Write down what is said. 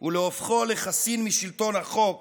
ולהופכו לחסין משלטון החוק